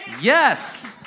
Yes